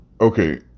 Okay